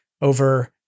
over